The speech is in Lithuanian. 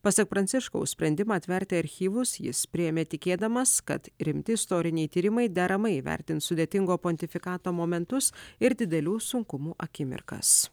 pasak pranciškaus sprendimą atverti archyvus jis priėmė tikėdamas kad rimti istoriniai tyrimai deramai įvertins sudėtingo pontifikato momentus ir didelių sunkumų akimirkas